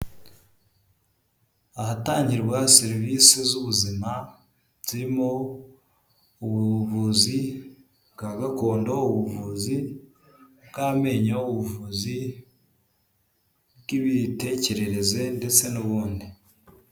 Ahatangirwa serivisi z'ubuzima, zirimo ubuvuzi bwa gakondo, ubuvuzi bw'amenyo, ubuvuzi bw'imitekerereze, ndetse n'ubundi.